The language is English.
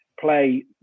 play